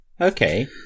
Okay